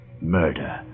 murder